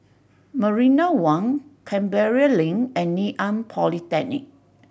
Marina One Canberra Link and Ngee Ann Polytechnic